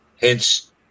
Hence